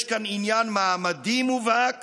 יש כאן עניין מעמדי מובהק